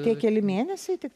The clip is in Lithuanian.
tie keli mėnesiai tik